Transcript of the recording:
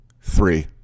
three